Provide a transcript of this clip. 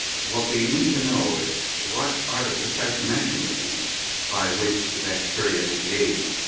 what we need to know is what are the precise mechanisms by which the bacteria evade,